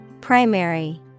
Primary